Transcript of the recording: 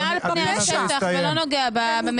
אני מרגישה שיש פה דיון מעל פני השטח ולא נוגע במציאות.